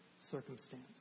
circumstance